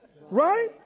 right